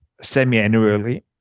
semi-annually